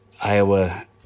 Iowa